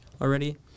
already